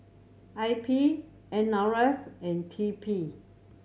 I P N R F and T P